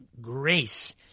grace